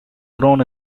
grown